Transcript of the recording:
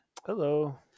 Hello